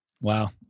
Wow